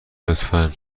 لطفا